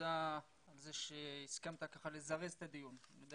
תודה שהסכמת לזרז את הדיון, אני יודע